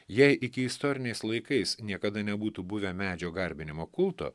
jei iki istoriniais laikais niekada nebūtų buvę medžio garbinimo kulto